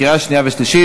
לקריאה שנייה ושלישית.